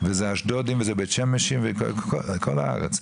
וזה אשדודים וזה 'בית-שמשים', וכל הארץ.